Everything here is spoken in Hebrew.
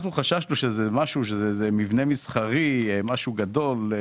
אנחנו חששנו שזה איזה מבנה מסחרי, משהו גדול.